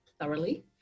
thoroughly